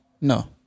No